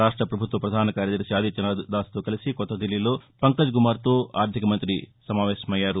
రాష్ట ప్రభుత్వ ప్రధాన కార్యదర్శి ఆదిత్యనాధ్ దాస్తో కలిసి నిన్న కొత్తదిల్లీలో పంకజ్ కుమార్తో ఆర్దిక మంఁతి సమావేశమయ్యారు